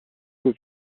aux